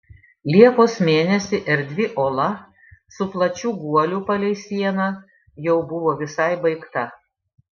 liepos mėnesį erdvi ola su plačiu guoliu palei sieną jau buvo visai baigta